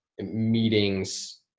meetings